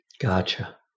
Gotcha